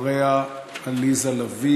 אחריו, חברת הכנסת עליזה לביא.